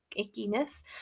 ickiness